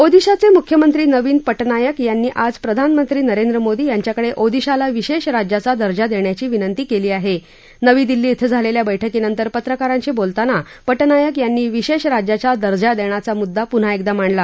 ओदिशाचमिुख्यमंत्री नवीन पटनायक यांनी आज प्रधानमंत्री नरेंद्र मोदी यांच्याकडखीदिशाला विशश राज्याचा दर्जा दृष्ट्याची विनंती कली आहट्टानवी दिल्ली धिं झालख्या बैठकीनंतर पत्रकारांशी बोलताना पटनायक यांनी विश्व राज्याचा दर्जा दण्याचा मुद्दा पुन्हा एकदा मांडला